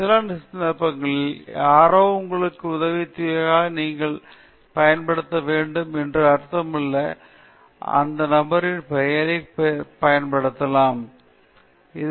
சில சந்தர்ப்பங்களில் யாரோ உங்களுக்கு உதவியதால்தான் நீங்கள் பயன்படுத்த வேண்டும் என்று அர்த்தமில்லை அல்லது அந்த நபரின் பெயரைப் பயன்படுத்தலாம் அந்த நபரின் பெயரை வைத்துக்கொள்ளுங்கள் அந்த நபர் ஒரு கடன் ஒரு வெளியீட்டைப் பெறலாம் ஆனால் அது ஆராய்ச்சியின் நோக்கம் அல்ல